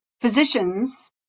physicians